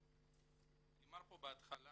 נאמר פה בהתחלה